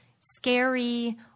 scary